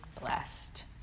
blessed